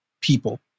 people